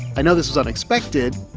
i know this unexpected,